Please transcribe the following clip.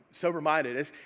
Sober-minded